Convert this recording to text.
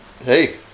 hey